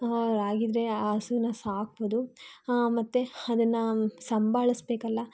ಅವರಾಗಿದ್ರೆ ಆ ಹಸುನ ಸಾಕಬಹುದು ಮತ್ತೆ ಅದನ್ನು ಸಂಭಾಳಿಸ್ಬೇಕಲ್ಲ